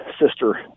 sister